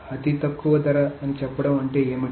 అతి తక్కువ ధర అని చెప్పడం అంటే ఏమిటి